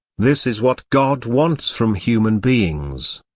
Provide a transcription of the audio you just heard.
this is what god wants from human beings.